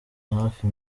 hafi